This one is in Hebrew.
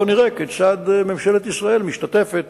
בוא נראה כיצד ממשלת ישראל משתתפת